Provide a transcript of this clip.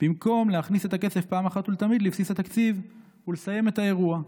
"במקום להכניס את הכסף פעם אחת ולתמיד לבסיס התקציב ולסיים את האירוע".